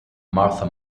martha